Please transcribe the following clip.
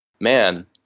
man